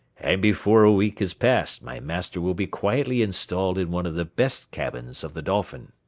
and before a week has passed my master will be quietly installed in one of the best cabins of the dolphin.